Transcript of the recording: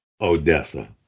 Odessa